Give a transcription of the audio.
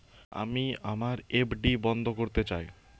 আমি আমার এফ.ডি বন্ধ করতে চাই